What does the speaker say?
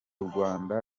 rwanda